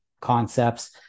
concepts